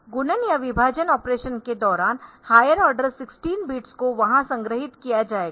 गुणन या विभाजन ऑपरेशन के दौरान हायर आर्डर 16 बिट्स को वहां संग्रहीत किया जाएगा